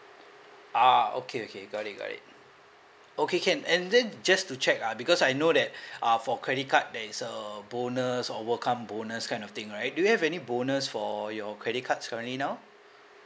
ah okay okay got it got it okay can and then just to check ah because I know that uh for credit card there is a bonus or welcome bonus kind of thing right do you have any bonus for your credit cards currently now